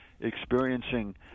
experiencing